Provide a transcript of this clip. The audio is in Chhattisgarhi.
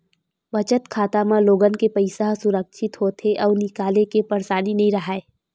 बचत खाता म लोगन के पइसा ह सुरक्छित होथे अउ निकाले के परसानी नइ राहय